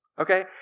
Okay